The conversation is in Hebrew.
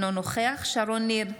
אינו נוכח שרון ניר,